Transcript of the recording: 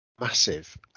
massive